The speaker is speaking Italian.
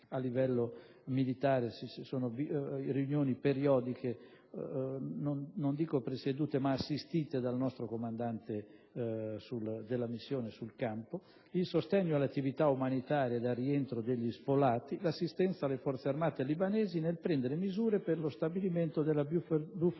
a livello militare ci sono riunioni periodiche, non dico presiedute, ma assistite dal nostro comandante della missione sul campo); il sostegno alle attività umanitarie ed al rientro degli sfollati; l'assistenza alle Forze armate libanesi nel prendere misure per lo stabilimento della *buffer